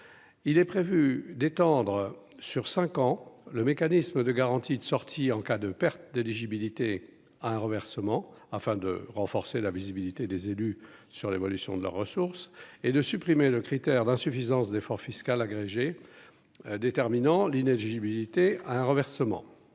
il est prévu d'étendre sur 5 ans, le mécanisme de garantie de sortie en cas de perte d'éligibilité à un renversement afin de renforcer la visibilité des élus sur l'évolution de la ressource et de supprimer le critère d'insuffisance d'effort fiscal agrégé déterminant l'inéligibilité à un renversement.